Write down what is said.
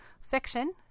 fiction